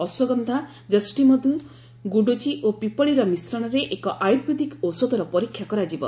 ଅଶ୍ୱଗନ୍ଧା ଜଷ୍ଟିମଧୁ ଗୁଡୁଚି ଓ ପିପଳୀର ମିଶ୍ରଣରେ ଏକ ଆୟୁର୍ବେଦିକ ଔଷଧର ପରୀକ୍ଷା କରାଯିବ